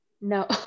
No